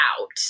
out